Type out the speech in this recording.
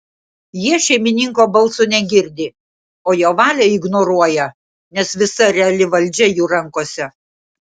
jie šeimininko balso negirdi o jo valią ignoruoja nes visa reali valdžia jų rankose